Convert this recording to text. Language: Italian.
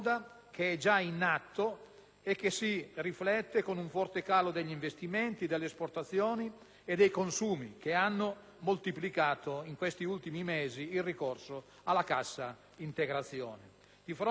e che si riflette con un forte calo degli investimenti, delle esportazioni e dei consumi, calo che ha moltiplicato in questi ultimi mesi il ricorso alla cassa integrazione. Di fronte a un quadro